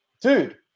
dude